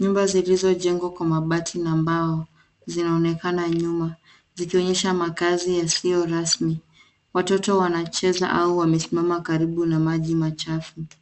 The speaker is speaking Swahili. Nyumba zilizo jengwa kwa mabati na mbao zinaonekana nyuma zikionyesha makazi yasiyo rasmi. Watoto wanachezea au wamesimama karibu na maji machafu.